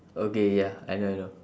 okay ya I know I know